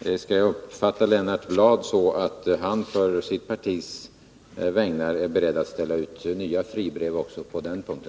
Skall jag uppfatta Lennart Bladh så att han på sitt partis vägnar är beredd att ställa ut nya fribrev också på den punkten?